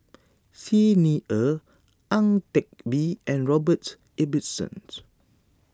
Xi Ni Er Ang Teck Bee and Robert Ibbetson